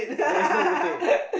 there is no rotate